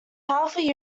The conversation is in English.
powerful